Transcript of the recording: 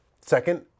second